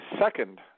second